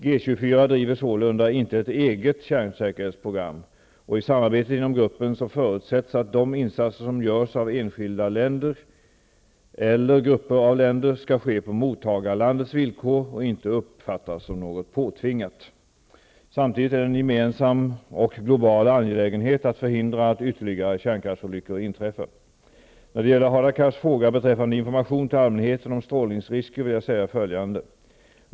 G-24 driver sålunda inte ett eget kärnsäkerhetsprogram, och i samarbetet inom gruppen förutsätts att de insatser som görs av enskilda länder eller grupper av länder skall ske på mottagarlandets villkor och inte uppfattas som något påtvingat. Samtidigt är det en gemensam och global angelägenhet att förhindra att ytterligare kärnkraftsolyckor inträffar. När det gäller Hadar Cars fråga beträffande information till allmänheten om strålningsrisker vill jag säga följande.